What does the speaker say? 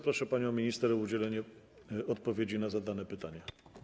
Proszę panią minister o udzielenie odpowiedzi na zadane pytania.